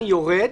יורד,